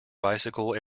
bicycle